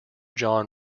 john